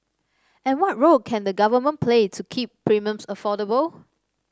and what role can the Government play to keep premiums affordable